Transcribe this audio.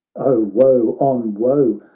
oh, woe on woe,